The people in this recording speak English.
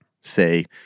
say